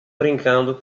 brincando